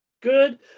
good